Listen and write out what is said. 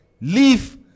leave